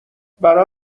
برا